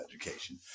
education